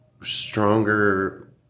stronger